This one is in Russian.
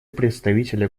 представителя